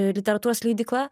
literatūros leidykla